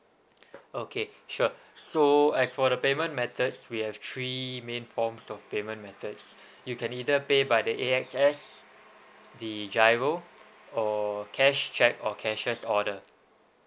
okay sure so as for the payment methods we have three main forms of payment methods you can either pay by the A_X_S the GIRO or cash check or cashier's order